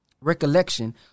recollection